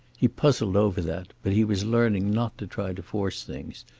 he puzzled over that, but he was learning not to try to force things,